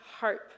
hope